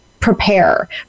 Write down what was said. prepare